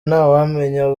ntawamenya